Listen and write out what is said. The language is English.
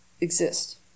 exist